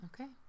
Okay